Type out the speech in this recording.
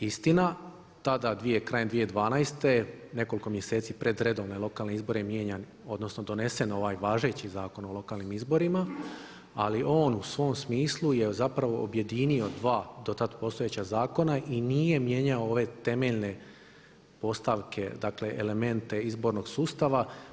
Istina, tada krajem 2012. nekoliko mjeseci pred redovne lokalne izbore je mijenjan odnosno donesen ovaj važeći Zakon o lokalnim izborima ali on u svom smislu je zapravo objedinio dva dotad postojeća zakona i nije mijenjao ove temeljne postavke, dakle elemente izbornog sustava.